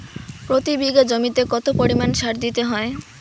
প্রতি বিঘা জমিতে কত পরিমাণ সার দিতে হয়?